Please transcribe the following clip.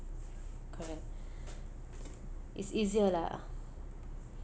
correct is easier lah